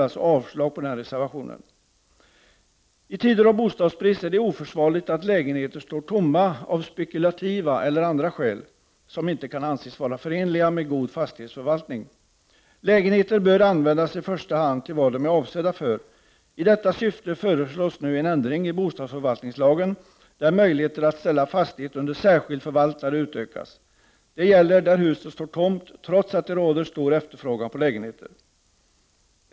13 december 1989 I tider av bostadsbrist är det oförsvarligt att lägenheter står tomma avsppe= ZG —- kulativa eller andra skäl som inte kan anses vara förenliga med god fastighetsförvaltning. Lägenheter bör i första hand användas till vad de är avsedda för. I detta syfte föreslås nu en ändring i bostadsförvaltningslagen, där möjligheten att ställa fastighet under särskild förvaltare utökas. Det gäller där huset står tomt trots att det råder stor efterfrågan på lägenheter.